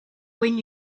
when